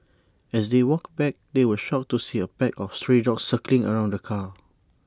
as they walked back they were shocked to see A pack of stray dogs circling around the car